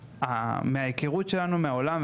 ומההיכרות שלנו מהעולם,